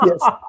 Yes